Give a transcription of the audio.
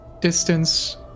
distance